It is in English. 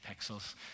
pixels